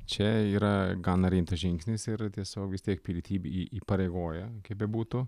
čia yra gana rimtas žingsnis ir tiesiog vis tiek pilietybė įpareigoja kaip bebūtų